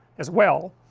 as well,